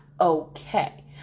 okay